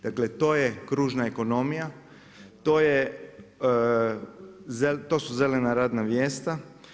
Dakle, to je kružna ekonomija, to su zelena radna mjesta.